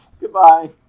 Goodbye